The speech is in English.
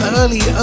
early